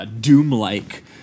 doom-like